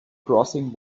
crossing